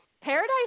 Paradise